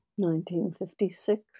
1956